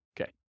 Okay